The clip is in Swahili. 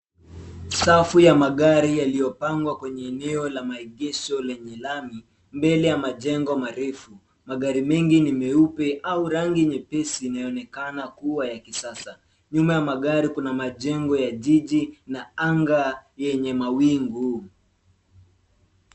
Safu ya magari yaliyopangwa kwenye eneo la maegesho lenye lami mbele ya majengo marefu. Magari mengi ni meupe au rangi nyepesi inaonekana kuwa ya kisasa. Nyuma ya magari kuna majengo ya jiji na anga yenye mawingu.